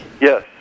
Yes